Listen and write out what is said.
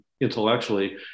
intellectually